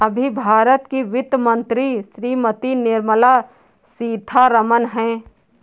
अभी भारत की वित्त मंत्री श्रीमती निर्मला सीथारमन हैं